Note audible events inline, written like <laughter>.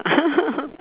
<laughs>